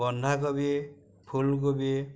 বন্ধাকবি ফুলকবি